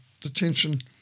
detention